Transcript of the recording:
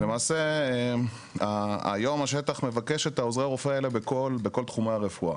למעשה היום השטח מבקש את עוזרי הרופא האלה בכל תחומי הרפואה.